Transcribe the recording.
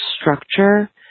structure